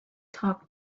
talk